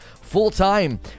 full-time